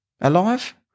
alive